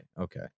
Okay